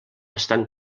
estan